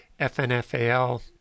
FNFAL